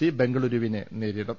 C ബംഗളുരുവിനെ നേരിടും